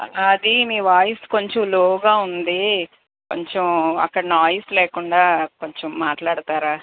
అది మీ వాయిస్ కొంచెం లోగా ఉంది కొంచెం అక్కడ నాయిస్ లేకుండా కొంచెం మాట్లాడతారా